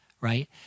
right